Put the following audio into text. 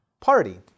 party